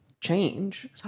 Change